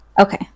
Okay